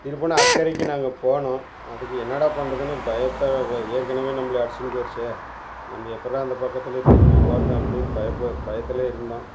திருப்பினா அக்கரைக்கு நாங்கள் போனோம் அதுக்கு என்னடா பண்ணுறதுன்னு பயத்தில் ஏற்கனவே நம்பளை அடிச்சுன்னு போயிருச்சே நம்ப எப்பிடறா அந்த பக்கத்தில் திரும்பி போவது அப்படின்னு பயப்புட பயத்தில் இருந்தோம்